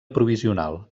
provisional